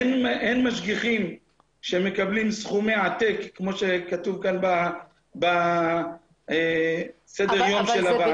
אין משגיחים שמקבלים סכומי עתק כמו שכתוב כאן בסדר יום של הוועדה.